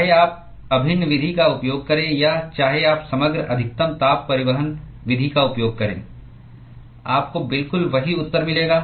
चाहे आप अभिन्न विधि का उपयोग करें या चाहे आप समग्र अधिकतम ताप परिवहन विधि का उपयोग करें आपको बिल्कुल वही उत्तर मिलेगा